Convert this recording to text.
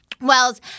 Wells